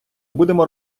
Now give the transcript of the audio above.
будемо